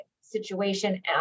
situation